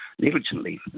negligently